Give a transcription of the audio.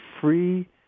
free